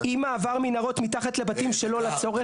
עם מעבר מנהרות מתחת לבתים שלא לצורך.